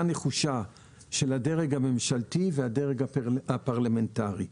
נחושה של הדרג הממשלתי והדרג הפרלמנטרי.